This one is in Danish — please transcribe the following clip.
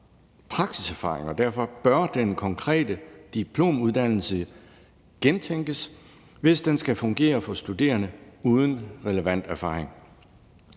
praksiserfaring, og derfor bør den konkrete diplomuddannelse gentænkes, hvis den skal fungere for studerende uden relevant erhvervserfaring.